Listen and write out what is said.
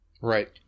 Right